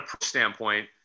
standpoint